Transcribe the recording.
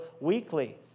weekly